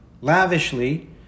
lavishly